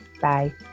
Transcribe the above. Bye